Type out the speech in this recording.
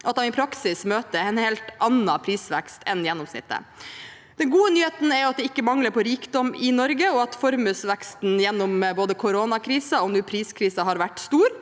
at de i praksis møter en helt annen prisvekst enn gjennomsnittet. Den gode nyheten er at det ikke mangler på rikdom i Norge, og at formuesveksten gjennom både koronakrisen og nå priskrisen har vært stor.